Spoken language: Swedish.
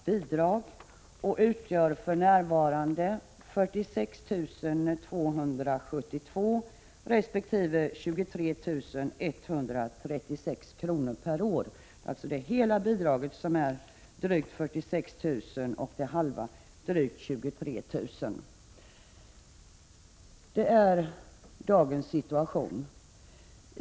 Det hela vårdbidraget är för närvarande på 46 272 kr., och det halva vårdbidraget är på 23 136 kr. per år. Det är dagens situation.